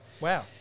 Wow